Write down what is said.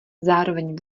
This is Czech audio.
zároveň